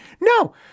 No